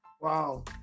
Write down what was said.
Wow